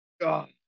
God